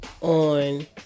on